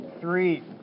three